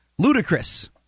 Ludicrous